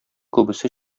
күбесе